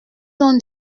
donc